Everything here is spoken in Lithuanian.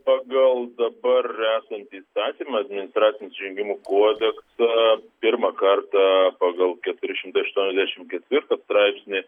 pagal dabar esantį įstatymą administracinių nusižengimų kodeksą pirmą kartą pagal keturi šimtai aštuoniasdešim ketvirtą straipsnį